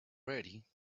ready